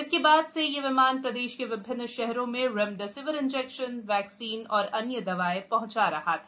इसके बाद से ये विमान प्रदेश के विभिन्न शहरों में रेमडेसिविर इंजेक्शनए वैक्सीन और अन्य दवाएं पहुंचा रहा था